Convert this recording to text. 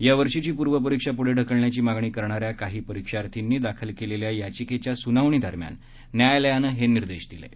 या वर्षीची पूर्वपरीक्षा पुढे ढकलण्याची मागणी करणा या काही परिक्षार्थींनी दाखल केलेल्या याचिकेच्या सुनावणीदरम्यान न्यायलयानं हे निर्देश दिले आहेत